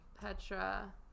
Petra